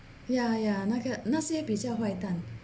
ya ya 那个那些比较坏蛋